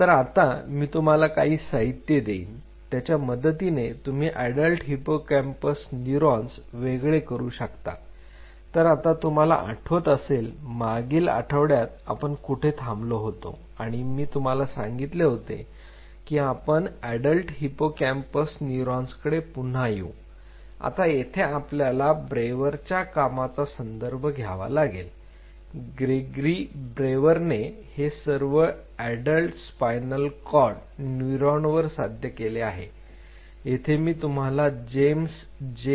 तर आता मी तुम्हाला काही साहित्य देईन त्याच्या मदतीने तुम्ही अडल्ट हिपोकॅम्पस न्यूरॉन्स वेगळे करू शकता तर आता तुम्हाला आठवत असेल मागील आठवड्यात आपण कुठे थांबलो होतो आणि मी तुम्हाला सांगितले होते कि आपण अडल्ट हिपोकॅम्पस न्यूरॉन कडे पुन्हा येऊ आता येथे आपल्याला ब्रेवरच्या कामाचा संदर्भ घ्यावा लागेल ग्रेगरी ब्रेवरने हे सर्व अडल्ट स्पाइनल कॉर्ड न्यूरॉन वर साध्य केले आहे येथे मी तुम्हाला जेम्स जे